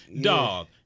dog